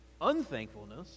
unthankfulness